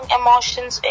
emotions